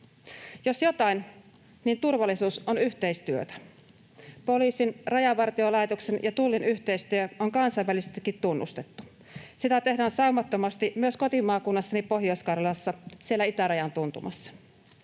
Jos jotain, niin turvallisuus on yhteistyötä. Poliisin, Rajavartiolaitoksen ja Tullin yhteistyö on kansainvälisestikin tunnustettu. Sitä tehdään saumattomasti myös kotimaakunnassani Pohjois-Karjalassa, siellä itärajan tuntumassa.